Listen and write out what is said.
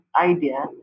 idea